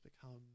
become